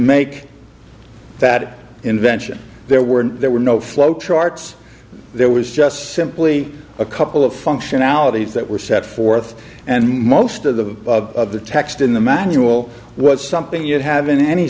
make that invention there were there were no flow charts there was just simply a couple of functionalities that were set forth and most of the of the text in the manual was something you'd have in any